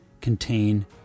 contain